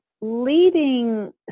leading